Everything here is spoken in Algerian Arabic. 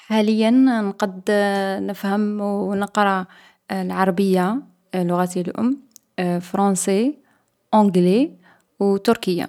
حاليا نقد نفهم و نقرا العربية، لغيت الأم، فرونسي، أونجلي، و تركية.